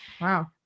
Wow